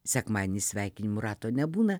sekmadienį sveikinimų rato nebūna